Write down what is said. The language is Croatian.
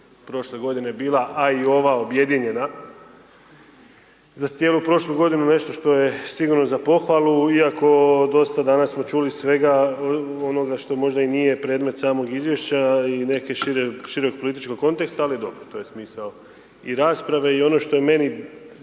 prošle godine bila, a i ova objedinjena, za cijelu prošlu godinu nešto što je sigurno za pohvalu, iako dosta danas smo čuli svega onoga što možda i nije predmet samog izvješća i nekog šireg političkog konteksta, ali dobro to je smisao i rasprave i ono što je meni